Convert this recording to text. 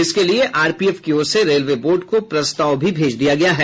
इसके लिये आरपीएफ की ओर से रेलवे बोर्ड को प्रस्ताव भी भेज दिया गया है